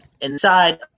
inside